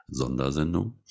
Sondersendung